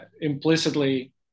implicitly